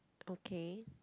okay